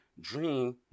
dream